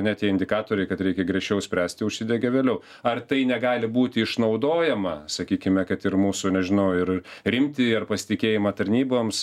net jei indikatoriai kad reikia griežčiau spręsti užsidegė vėliau ar tai negali būti išnaudojama sakykime kad ir mūsų nežinau ir rimtį ar pasitikėjimą tarnyboms